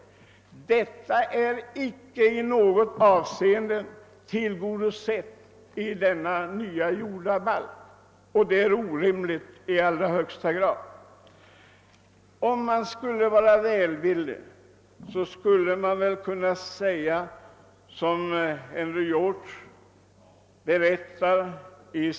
Våra behov i de avseendena är inte i något avseende tillgodosedda i den nya jordabalken, och det är helt orimligt. Man skulle kunna beskriva förslaget till jordabalk ungefär på samma sätt som Henry George i ett brev till påven karakteriserat en dom i Förenta staternas högsta domstol.